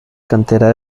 cantera